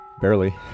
Barely